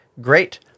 Great